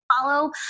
follow